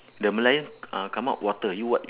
the merlion uh come out water you what y~